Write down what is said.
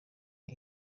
ari